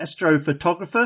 astrophotographer